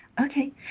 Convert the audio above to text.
Okay